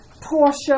Portia